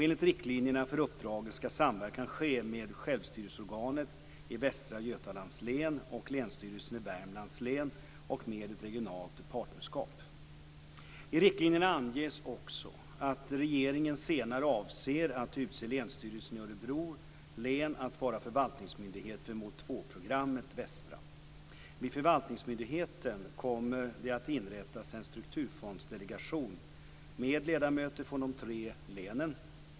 Enligt riktlinjerna för uppdraget ska samverkan ske med självstyrelseorganet i Västra Götalands län och Länsstyrelsen i Värmlands län och med ett regionalt partnerskap. I riktlinjerna anges också att regeringen senare avser att utse Länsstyrelsen i Örebro län att vara förvaltningsmyndighet för mål 2-programmet Västra. Vid förvaltningsmyndigheten kommer det att inrättas en strukturfondsdelegation med ledamöter från de tre länen.